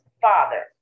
father